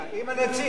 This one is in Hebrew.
עם הנציג.